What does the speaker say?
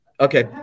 Okay